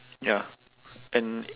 ya and